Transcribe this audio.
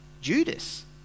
Judas